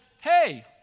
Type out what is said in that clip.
hey